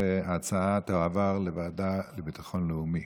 ההצעה תועבר לוועדה לביטחון לאומי.